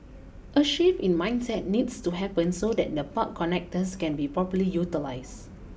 a shift in mindset needs to happen so that the park connectors can be properly utilised